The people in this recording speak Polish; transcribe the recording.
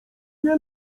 nie